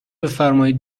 بفرمائید